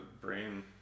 brain